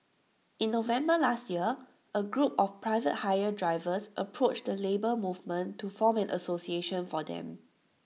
in November last year A group of private hire drivers approached the Labour Movement to form an association for them